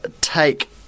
take